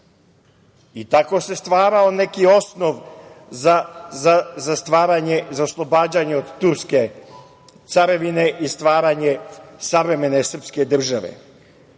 Tako se stvarao neki osnov za oslobađanje od Turske carevine i stvaranje savremene srpske države. To